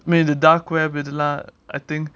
may the dark web இதுலாம்:ithulaam I think